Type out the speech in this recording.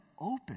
open